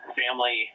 family